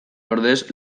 ordez